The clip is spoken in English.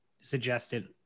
suggested